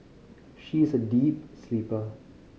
she is a deep sleeper